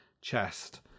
chest